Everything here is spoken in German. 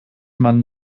man